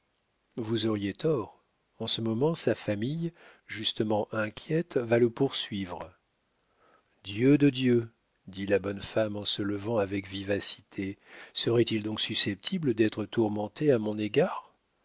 vous auriez tort en ce moment sa famille justement inquiète va le poursuivre dieu de dieu dit la bonne femme en se levant avec vivacité serait-il donc susceptible d'être tourmenté à mon égard